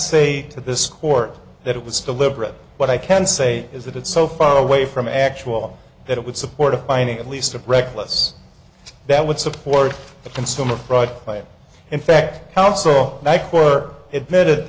say to this court that it was deliberate but i can say is that it's so far away from actual that it would support a finding at least of reckless that would support the consumer fraud claim in fact out so that quirk admitted